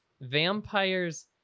vampires